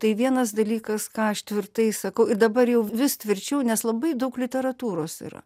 tai vienas dalykas ką aš tvirtai sakau ir dabar jau vis tvirčiau nes labai daug literatūros yra